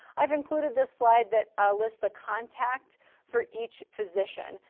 i've included this slide that ah lists the contact for each physician.